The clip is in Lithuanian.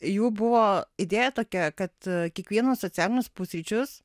jų buvo idėja tokia kad kiekvienus socialinius pusryčius